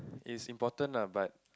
is important lah but